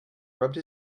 rubbed